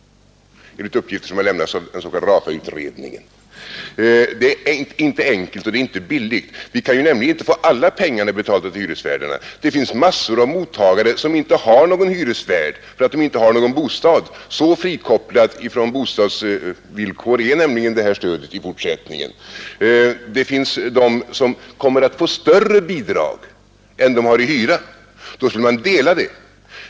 Det är alltså inte enkelt och det är inte billigt med avvikelser från rutinen. Alla pengar kan nämligen inte betalas till hyresvärdarna; det finns massor av mottagare som inte har någon hyresvärd därför att de inte har någon bostad. Så frikopplat från bostadsvillkor blir nämligen detta stöd i fortsättningen. Det kan också utgå större bidrag än vad som motsvarar hyran, och i sådana fall skulle man få dela på utbetalningen.